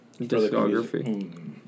Discography